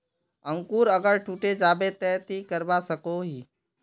अंकूर अगर टूटे जाबे ते की करवा सकोहो ही?